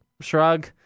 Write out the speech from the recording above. Shrug